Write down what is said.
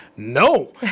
No